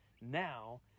now